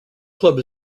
club